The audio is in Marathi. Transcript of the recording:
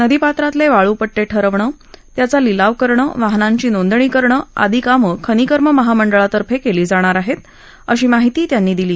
नदीपात्रातले वाळू पट्टे ठरवणे त्याचा लिलाव करणे वाहनांची नोंदणी करणे आदी कामं खनिकर्म महामंडळातर्फे केली जाणार आहेत अशी माहिती त्यांनी दिली